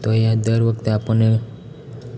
તો એ દર વખતે આપને